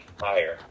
higher